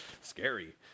scary